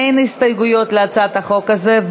אין הסתייגויות להצעת החוק הזאת,